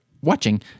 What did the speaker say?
watching